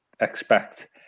expect